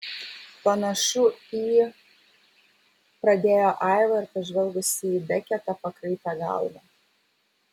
panašu į pradėjo aiva ir pažvelgusi į beketą pakraipė galvą